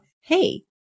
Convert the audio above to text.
hey